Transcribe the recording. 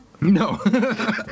No